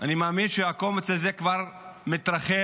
אני מאמין שהקומץ הזה כבר מתרחב